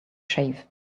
shave